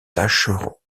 taschereau